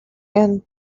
and